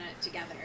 together